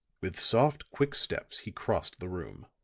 with soft, quick steps he crossed the room.